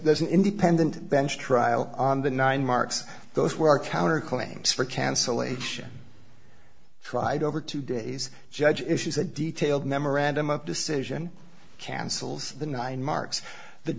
there's an independent bench trial the nine marks those who are counterclaims for cancellation tried over two days judge issues a detailed memorandum of decision cancels the nine marks the